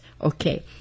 Okay